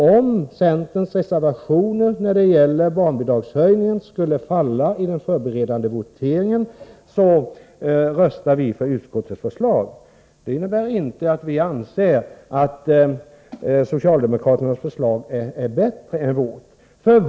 Om centerns reservationer när det gäller barnbidragshöjningen skulle falla i den förberedande voteringen, röstar vi för utskottets förslag. Det innebär inte att vi anser att socialdemokraternas förslag är bättre än vårt.